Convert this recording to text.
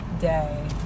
day